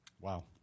Wow